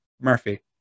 Murphy